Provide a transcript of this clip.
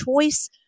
choice